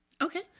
Okay